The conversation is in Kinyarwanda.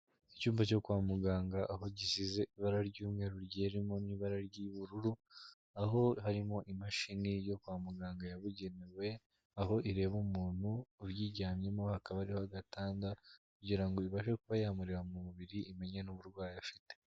Icyumba cyo kwa muganga aho gisize ibara ry'umweru rigiye ririmo n'ibara ry'ubururu, aho harimo imashini yo kwa muganga yabugenewe, aho ireba umuntu uyiryamyemo, hakaba hariho agatanda kugira ngo ibashe kuba yamureba mu mubiri imenye n'uburwayi afite.